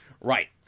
Right